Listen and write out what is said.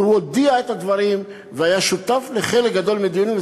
הוא הודיע את הדברים והיה שותף לחלק גדול מהדיונים.